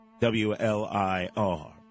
WLIR